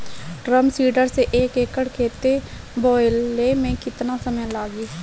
Drum seeder से एक एकड़ खेत बोयले मै कितना समय लागी?